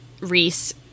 Reese